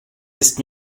ist